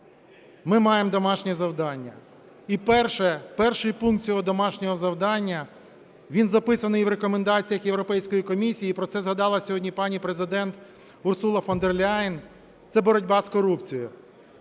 Ми маємо домашнє завдання, і перший пункт цього домашнього завдання, він записаний в Рекомендаціях Європейської комісії, і про це згадала сьогодні пані Президент Урсула фон дер Ляєн, – це боротьба з корупцією.